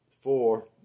four